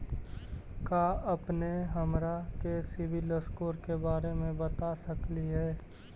का अपने हमरा के सिबिल स्कोर के बारे मे बता सकली हे?